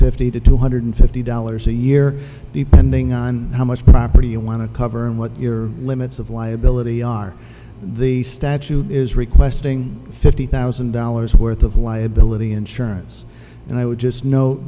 fifty to two hundred fifty dollars a year depending on how much property you want to cover and what your limits of liability are the statute is requesting fifty thousand dollars worth of liability insurance and i would just no